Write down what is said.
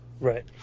Right